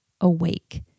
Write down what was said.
awake